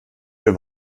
für